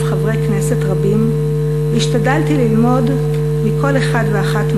חברי כנסת רבים והשתדלתי ללמוד מכל אחת ואחד מהם.